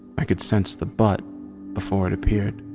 i could sense the but before it appeared.